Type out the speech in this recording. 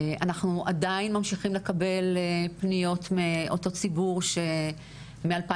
אנחנו עדיין ממשיכים לקבל פניות מאותו ציבור שמ-2015,